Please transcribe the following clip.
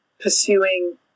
pursuing